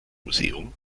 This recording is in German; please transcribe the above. museum